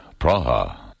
Praha